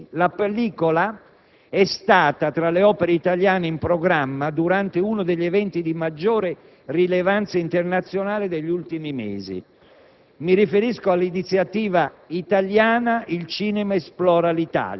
un ampio *cast* quasi esclusivamente composto da attori cinesi. La pellicola è stata tra le opere italiane in programma durante uno degli eventi di maggiore rilevanza internazionale degli ultimi mesi.